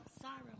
sorry